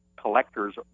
Collectors